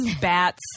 bats